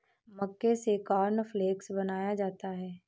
मक्के से कॉर्नफ़्लेक्स बनाया जाता है